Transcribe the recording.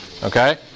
Okay